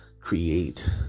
create